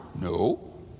No